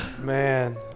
Man